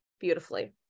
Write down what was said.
beautifully